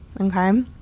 Okay